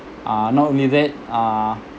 uh not only that uh